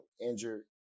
injured